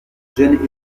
john